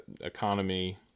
economy